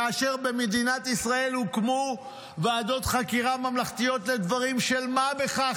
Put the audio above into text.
כאשר במדינת ישראל הוקמו ועדות חקירה ממלכתיות לדברים של מה בכך,